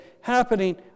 happening